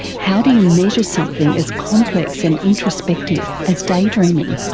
how do you measure something as complex and introspective as daydreaming?